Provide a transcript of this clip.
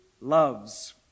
loves